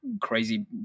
crazy